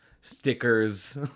stickers